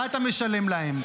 מה אתה משלם להם?